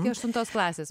iki aštuntos klasės